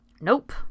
Nope